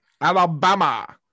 Alabama